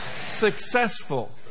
successful